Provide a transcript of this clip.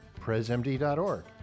presmd.org